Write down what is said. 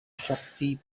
shakti